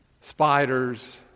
spiders